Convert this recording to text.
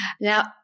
Now